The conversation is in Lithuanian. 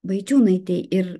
vaičiūnaitei ir